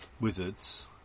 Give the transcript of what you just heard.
wizards